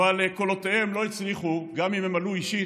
אבל קולותיהם לא הצליחו, גם אם הם עלו אישית,